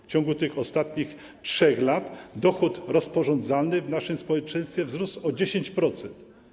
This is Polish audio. W ciągu ostatnich 3 lat dochód rozporządzalny w naszym społeczeństwie wzrósł o 10%.